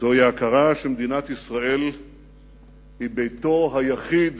ההכרה שמדינת ישראל היא ביתו היחיד